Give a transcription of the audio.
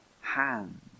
hand